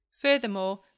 Furthermore